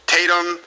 Tatum